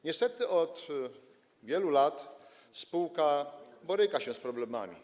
Niestety od wielu lat spółka boryka się z problemami.